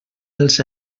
els